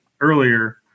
earlier